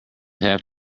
have